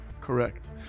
correct